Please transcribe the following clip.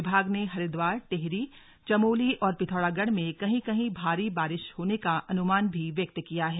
विभाग ने हरिद्वार टिहरी चमोली और पिथौरागढ़ में कहीं कहीं भारी बारिश होने का अनुमान भी व्यक्त किया है